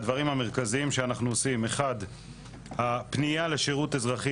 הדברים המרכזיים שאנחנו עושים: 1. פנייה לשירות אזרחי